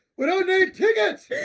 we don't need tickets!